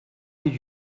did